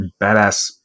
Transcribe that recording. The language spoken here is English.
badass